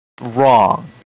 wrong